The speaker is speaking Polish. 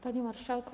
Panie Marszałku!